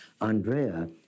Andrea